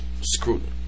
scrutiny